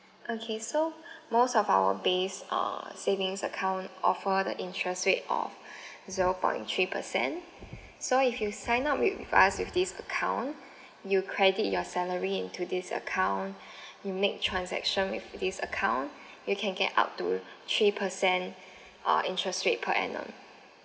okay so most of our base uh savings account offer the interest rate of zero point three percent so if you sign up with us with this account you credit your salary into this account you make transaction with this account you can get up to three percent ah interest rate per annum